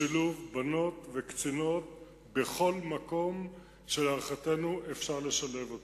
בשילוב בנות וקצינות בכל מקום שלהערכתנו אפשר לשלב אותן.